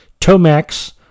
Tomax